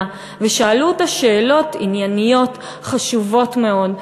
ושאלו אותה שאלות ענייניות חשובות מאוד,